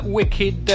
wicked